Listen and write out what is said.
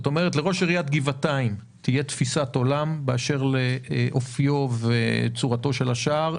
לראש עיריית גבעתיים תהיה תפיסת עולם באשר לאופיו וצורתו של השער,